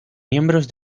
miembros